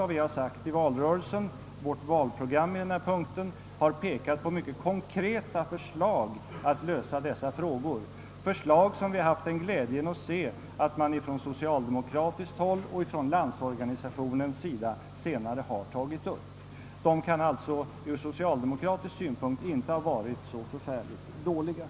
Vad vi har framfört i valrörelsen och vad vårt valprogram på denna punkt innehåller har varit mycket konkreta förslag att lösa dessa frågor, förslag som vi haft glädjen se att man på socialdemokratiskt håll och inom LO senare har tagit upp. De kan alltså ur socialdemokratisk synpunkt inte ha varit så förfärligt dåliga.